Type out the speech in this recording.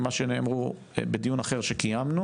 מה שנאמרו בדיון אחר שקיימנו